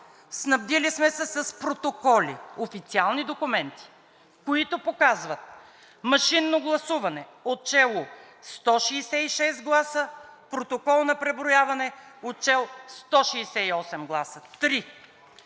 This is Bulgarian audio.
Снабдили сме се с протоколи, официални документи, които показват: машинно гласуване, отчело 166 гласа, протокол на преброяване, отчел 168 гласа? Три.